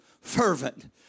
fervent